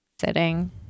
sitting